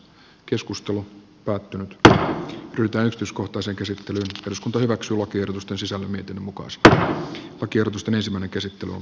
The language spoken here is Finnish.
keskustelu kaatunutta ry tähystyskohtaisen käsitellyt uskonto eivät sulkeudu dusty käsittelyn pohjana on sosiaali ja terveysvaliokunnan mietintö